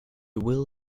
will